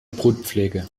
brutpflege